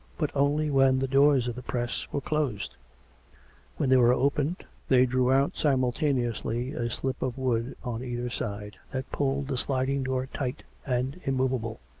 but only when the doors of the press were closed when they were opened, they drew out simultaneously slip of wood on either side that pulled the sliding door tight and immovable.